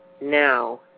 Now